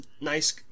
nice